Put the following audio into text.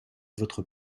votre